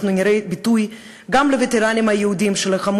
אנחנו נראה ביטוי גם לווטרנים היהודים שלחמו